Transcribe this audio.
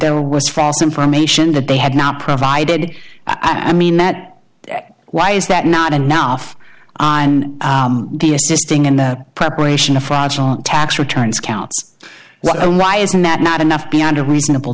there was fast information that they had not provided i mean that why is that not enough and the assisting in the preparation of fraudulent tax returns counts well why isn't that not enough beyond a reasonable